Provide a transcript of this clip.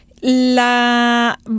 La